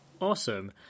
Awesome